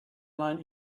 line